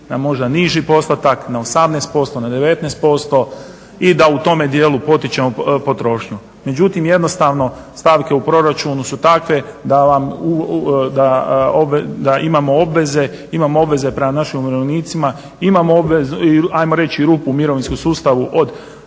na možda niži postotak na 18%, na 19% i da u tome dijelu potičemo potrošnju. Međutim jednostavno stavke u proračunu su takve da imamo obveze prema našim umirovljenicima, imamo ajmo reći rupu u mirovinskom sustavu od